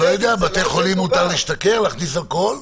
בבתי חולים מותר להשתכר, להכניס אלכוהול?